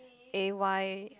A Y